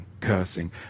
cursing